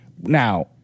Now